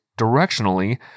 directionally